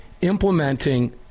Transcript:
implementing